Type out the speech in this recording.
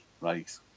right